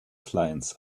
clients